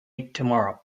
tomorrow